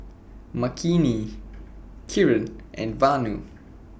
Makineni Kiran and Vanu